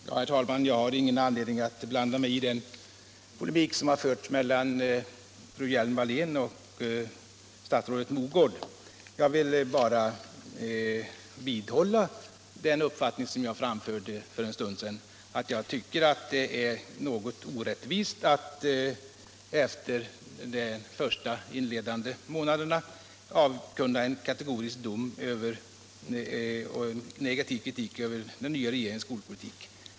Herr talman! Jag har ingen anledning att blanda mig i den polemik som förts mellan fru Hjelm-Wallén och statsrådet Mogård. Jag vill bara vidhålla den uppfattning jag framförde för en stund sedan, nämligen att jag tycker att det är något orättvist att efter de första inledande månaderna avkunna en kategorisk dom över och komma med negativ kritik av den nya regeringens skolpolitik.